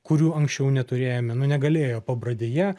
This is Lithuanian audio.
kurių anksčiau neturėjome nu negalėjo pabradėje